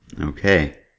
Okay